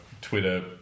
Twitter